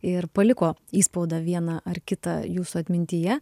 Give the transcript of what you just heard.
ir paliko įspaudą vieną ar kitą jūsų atmintyje